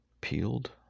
peeled